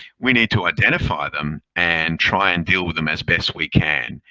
we need to identify them and try and deal with them as best we can,